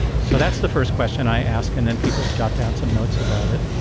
so that's the first question i ask and then people jot down some notes about it.